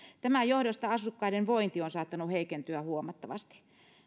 tämän johdosta asukkaiden vointi on saattanut heikentyä huomattavasti